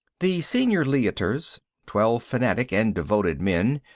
the senior leiters, twelve fanatic and devoted men,